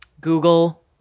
Google